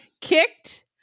kicked